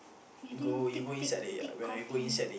you drink thick thick thick coffee